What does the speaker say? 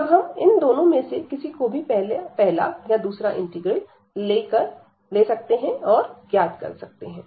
तब हम इन दोनों में से किसी को भी पहला या दूसरा इंटीग्रल ले सकते हैं और ज्ञात कर सकते हैं